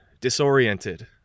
disoriented